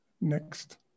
Next